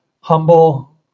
humble